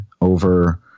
over